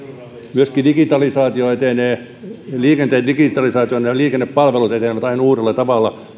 myöskin digitalisaatio etenee liikenteen digitalisaatio ja liikennepalvelut etenevät aivan uudella tavalla